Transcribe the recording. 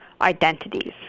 identities